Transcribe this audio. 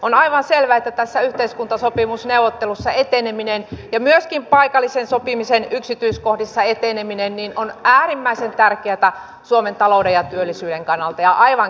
on aivan selvää että näissä yhteiskuntasopimusneuvotteluissa eteneminen ja myöskin paikallisen sopimisen yksityiskohdissa eteneminen on äärimmäisen tärkeätä suomen talouden ja työllisyyden kannalta ja aivan keskeistä